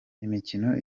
imikino